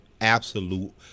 absolute